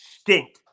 stink